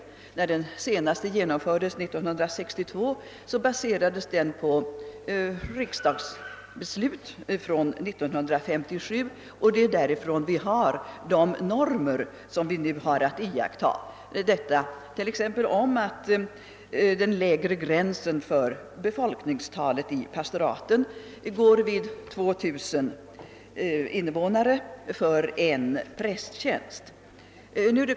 Den senaste regleringen, som genomfördes 1962, baserades på riksdagsbeslut från 1957. Det är genom detta vi fått de normer som vi nu har att iaktta, såsom t.ex. att den lägre gränsen för befolkningstalet i pastoraten går vid 2 000 invånare för en prästtjänst.